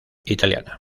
italiana